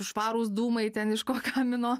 švarūs dūmai ten iš ko kamino